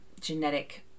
genetic